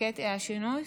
היה שינוי?